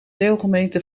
deelgemeente